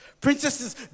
Princesses